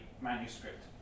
manuscript